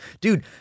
Dude